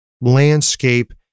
landscape